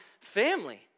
family